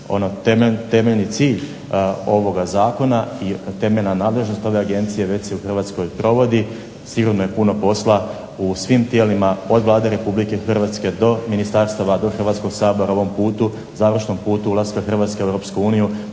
onaj temeljni cilj ovoga zakona, temeljna nadležnost ove agencije već se u Hrvatskoj provodi, sigurno je puno posla u svim tijelima od Vlade Republike Hrvatske, do ministarstava, do Hrvatskog sabora u ovom putu, završnom putu ulaska Hrvatske u Europsku uniju,